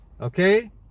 okay